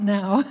now